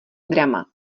drama